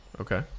Okay